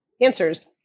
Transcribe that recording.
answers